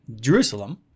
Jerusalem